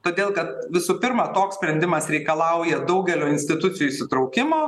todėl kad visų pirma toks sprendimas reikalauja daugelio institucijų įsitraukimo